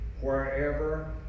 Wherever